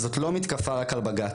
זאת לא מתקפה רק על בג"צ,